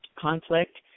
conflict